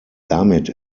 damit